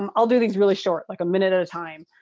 um i'll do these really short, like a minute at a time,